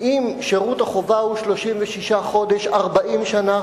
שאם שירות החובה הוא 36 חודש 40 שנה,